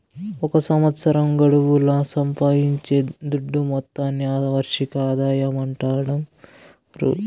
ఒక సంవత్సరం గడువుల సంపాయించే దుడ్డు మొత్తాన్ని ఆ వార్షిక ఆదాయమంటాండారు